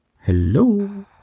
Hello